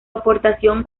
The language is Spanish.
aportación